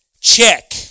Check